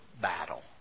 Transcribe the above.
battle